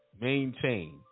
maintain